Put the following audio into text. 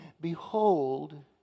behold